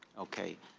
okay,